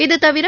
இதுதவிர